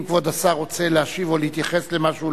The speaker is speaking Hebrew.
אם כבוד השר רוצה להשיב או להתייחס למשהו,